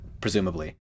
presumably